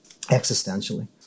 existentially